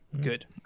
good